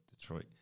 Detroit